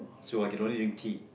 so I can only drink tea